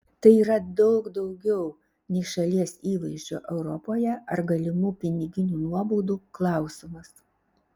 tai yra daug daugiau nei šalies įvaizdžio europoje ar galimų piniginių nuobaudų klausimas